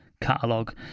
catalog